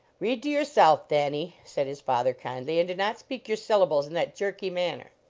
read to yourself, thanny said his father kindly, and do not speak your sylla bles in that jerky manner.